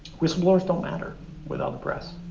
whistleblowers don't matter without the press.